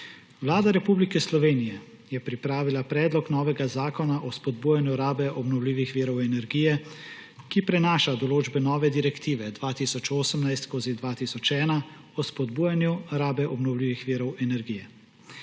Vlada Republike Slovenije je pripravila predlog novega zakona o spodbujanju rabe obnovljivih virov energije, ki prenaša določbe nove direktive 2018/2001 o spodbujanju rabe obnovljivih virov energije.